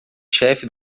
chefe